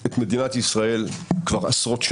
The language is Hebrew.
את ישיבת הוועדה המיוחדת לתיקון חוק